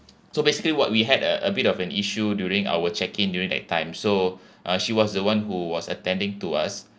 so basically what we had a a bit of an issue during our check in during that time so uh she was the one who was attending to us